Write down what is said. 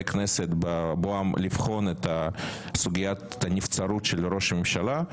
כנסת בבואם לבחון את סוגיית הנבצרות של ראש הממשלה.